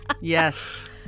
Yes